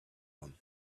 own